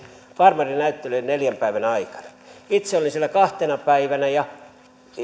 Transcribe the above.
farmari näyttelyyn neljän päivän aikana itse olin siellä kahtena päivänä